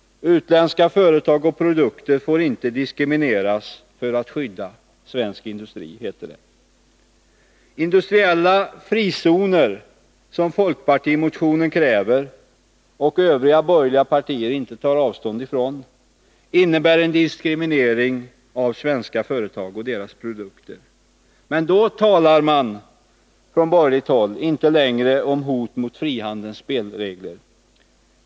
Utländska företag och produkter får inte diskrimineras för att skydda svensk industri, heter det. Industriella frizoner, som folkpartimotionen kräver och övriga borgerliga partier inte tar avstånd från, innebär en diskriminering av svenska företag och deras produkter. Men då talar man från borgerligt håll inte längre om hot mot frihandelns spelregler.